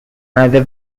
another